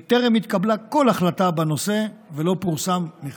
וטרם התקבלה כל החלטה בנושא ולא פורסם מכרז.